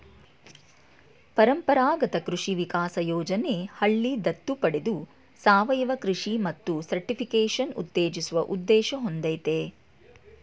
ಪರಂಪರಾಗತ ಕೃಷಿ ವಿಕಾಸ ಯೋಜನೆ ಹಳ್ಳಿ ದತ್ತು ಪಡೆದು ಸಾವಯವ ಕೃಷಿ ಮತ್ತು ಸರ್ಟಿಫಿಕೇಷನ್ ಉತ್ತೇಜಿಸುವ ಉದ್ದೇಶ ಹೊಂದಯ್ತೆ